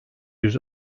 yüz